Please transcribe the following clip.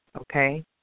okay